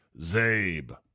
Zabe